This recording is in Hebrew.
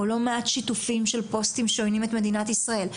או לא מעט שיתופים שעונים על פוסטים שמגנים את מדינת ישראל.